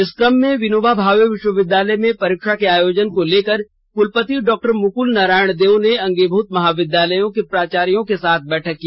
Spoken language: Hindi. इस कम में विनोबा भावे विश्वविद्यालय में परीक्षा के आयोजन को लेकर क्लपति डॉ मुक्ल नारायण देव ने अंगीभूत महाविद्यालयों के प्राचार्यो के साथ बैठक की